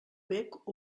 bec